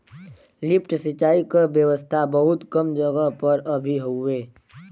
lift सिंचाई क व्यवस्था बहुत कम जगह पर अभी हउवे